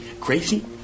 crazy